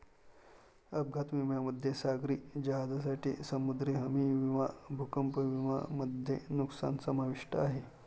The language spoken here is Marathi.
अपघात विम्यामध्ये सागरी जहाजांसाठी समुद्री हमी विमा भूकंप विमा मध्ये नुकसान समाविष्ट आहे